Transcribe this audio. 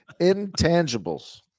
Intangibles